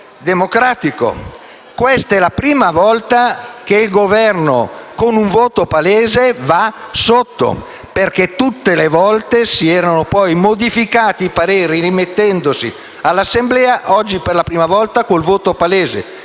Questa è la prima volta che il Governo, con un voto palese, va sotto, perché tutte le volte si erano modificati i pareri rimettendosi all'Assemblea. Oggi per la prima volta, con il voto palese,